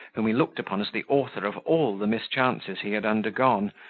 whom he looked upon as the author of all the mischances he had undergone,